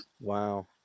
Wow